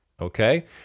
okay